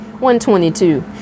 122